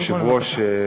אדוני היושב-ראש,